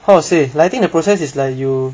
how to say like I think the process is like you